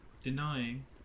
denying